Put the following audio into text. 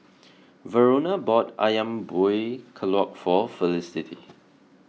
Verona bought Ayam Buah Keluak for Felicity